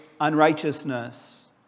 unrighteousness